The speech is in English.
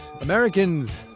Americans